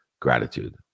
Gratitude